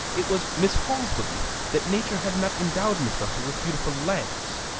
it was miss hall's belief that nature had not endowed miss russell with beautiful legs.